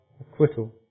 acquittal